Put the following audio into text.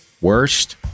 Worst